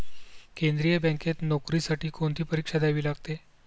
केंद्रीय बँकेत नोकरीसाठी कोणती परीक्षा द्यावी लागते?